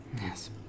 Yes